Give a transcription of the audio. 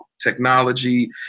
technology